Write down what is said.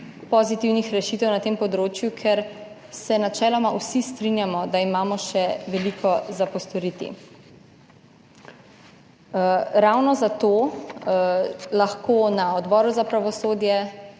pozitivnih rešitev na tem področju, ker se načeloma vsi strinjamo, da imamo še veliko za postoriti. Ravno zato lahko na Odboru za pravosodje